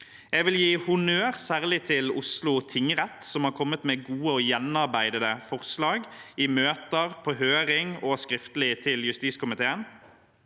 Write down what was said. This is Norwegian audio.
Jeg vil gi honnør særlig til Oslo tingrett, som har kommet med gode og gjennomarbeidede forslag i møter, på høring og skriftlig, til justiskomiteen.